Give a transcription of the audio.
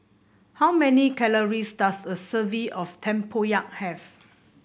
how many calories does a serving of tempoyak have